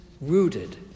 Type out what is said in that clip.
rooted